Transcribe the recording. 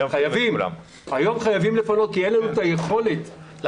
היום חייבים לפנות כי אין לנו את היכולת --- בבית.